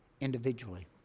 individually